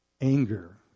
anger